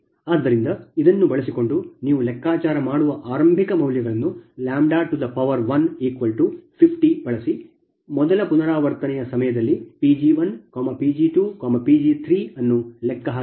ಆದ್ದರಿಂದ ಇದನ್ನು ಬಳಸಿಕೊಂಡು ನೀವು ಲೆಕ್ಕಾಚಾರ ಮಾಡುವ ಆರಂಭಿಕ ಮೌಲ್ಯಗಳನ್ನು 150 ಬಳಸಿ ಮೊದಲ ಪುನರಾವರ್ತನೆಯ ಸಮಯದಲ್ಲಿ Pg1Pg2Pg3 ಅನ್ನು ಲೆಕ್ಕ ಹಾಕಿರಿ